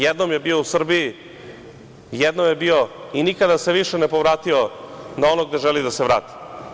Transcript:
Jednom je bio u Srbiji, jednom je bio i nikada se više ne povratio na ono gde želi da se vrati.